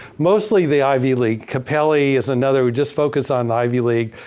mostly the ivy league. capelli is another who just focused on ivy league.